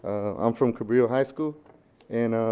i'm from cabrillo high school and